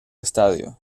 estadio